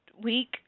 week